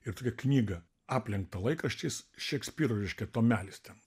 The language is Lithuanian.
ir tokią knygą aplenktą laikraščiais šekspyro reiškia tomelis ten